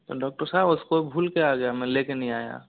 doctor साहब उसको भूल के आ गया मैं लेके नहीं आया